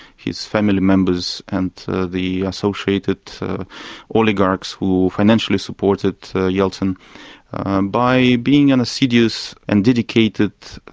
his family members and the associated oligarchs who financially supported yeltsin by being an assiduous and dedicated,